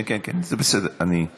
כהצעת הוועדה, נתקבל.